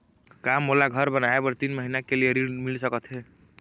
का मोला घर बनाए बर तीन महीना के लिए ऋण मिल सकत हे?